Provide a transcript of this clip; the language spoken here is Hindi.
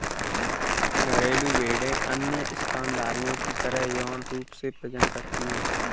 घरेलू भेड़ें अन्य स्तनधारियों की तरह यौन रूप से प्रजनन करती हैं